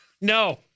No